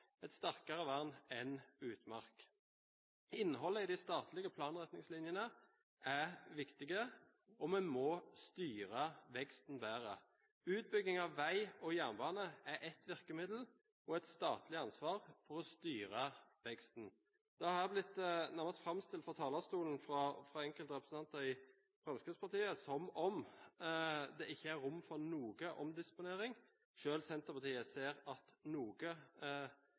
vern enn utmark. Innholdet i de statlige planretningslinjene er viktig, og vi må styre veksten bedre. Utbygging av vei og jernbane er ett virkemiddel – og et statlig ansvar – for å styre veksten. Det har blitt framstilt fra talerstolen fra enkelte representanter i Fremskrittspartiet som om det nærmest ikke er rom for noen omdisponering. Selv Senterpartiet ser at noe